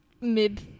mid